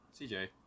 CJ